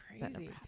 crazy